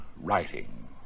writing